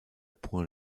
point